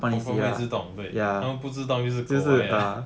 confirm 会自动对因为不自动就是狗 eh